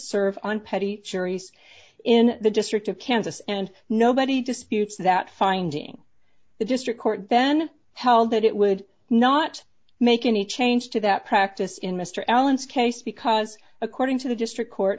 serve on petty juries in the district of kansas and nobody disputes that finding the district court then held that it would not make any change to that practice in mr allen's case because according to the district court